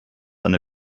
eine